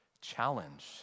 challenge